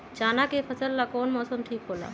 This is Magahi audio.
चाना के फसल ला कौन मौसम ठीक होला?